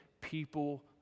people